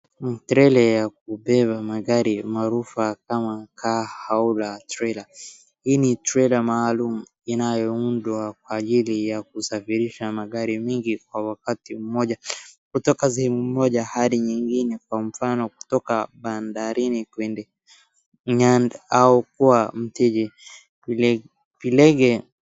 Ni trella ya kubeba magari maarufu kama Car Hauler Trailers. Hii ni trailer maalum inayoundwa kwa ajili ya kusafirisha magari mingi kwa wakati mmoja kutoka sehemu moja hadi nyingine kwa mfano kutoka bandarini kuenda nyand au kwa mtiji, vilege...